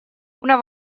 una